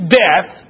death